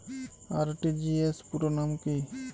RTGS পুরো নাম কি?